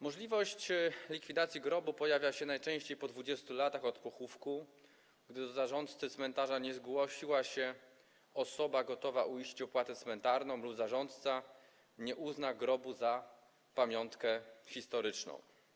Możliwość likwidacji grobu pojawia się najczęściej po 20 latach od pochówku, gdy do zarządcy cmentarza nie zgłosiła się osoba gotowa uiścić opłatę cmentarną lub zarządca nie uzna grobu za pamiątkę historyczną.